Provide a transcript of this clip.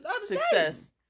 success